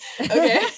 okay